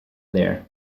there